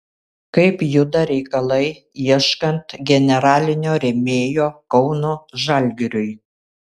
kaip juda reikalai ieškant generalinio rėmėjo kauno žalgiriui